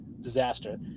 disaster